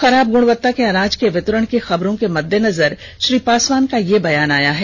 खराब गुणवत्ता के अनाज के वितरण की खबरों के मद्देनजर श्री पासवान का यह बयान आया है